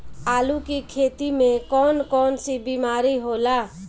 आलू की खेती में कौन कौन सी बीमारी होला?